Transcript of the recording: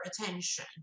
attention